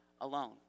alone